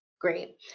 Great